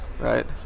Right